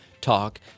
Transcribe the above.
Talk